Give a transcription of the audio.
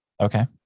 okay